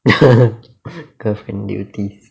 girlfriend duties